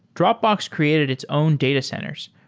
dropbox created its own data centers,